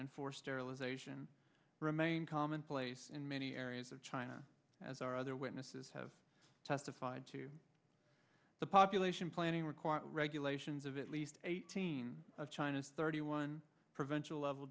and forced sterilization remain commonplace in many areas of china as are other witnesses have testified to the population planning required regulations of at least eighteen of china's thirty one preventable level